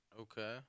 Okay